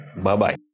Bye-bye